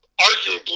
arguably